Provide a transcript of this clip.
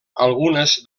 algunes